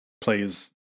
plays